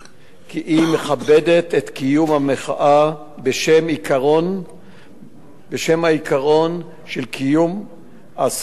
כי היא מכבדת את קיום המחאה בשם העיקרון של קיום הזכות הזאת.